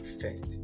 first